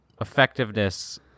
effectiveness